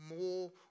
more